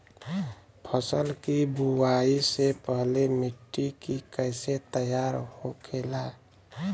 फसल की बुवाई से पहले मिट्टी की कैसे तैयार होखेला?